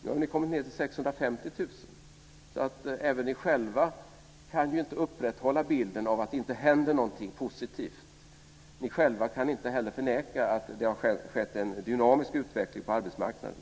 Nu har ni kommit ned till 650 000, så även ni själva saknar förmåga att upprätthålla bilden av att det inte händer någonting positivt - ni själva kan inte heller förneka att det har skett en dynamisk utveckling på arbetsmarknaden.